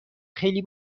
خیلی